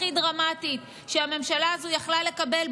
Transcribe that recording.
הכי דרמטית שהממשלה הזו יכלה לקבל,